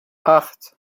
acht